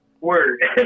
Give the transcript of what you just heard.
Word